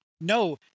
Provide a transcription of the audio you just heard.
no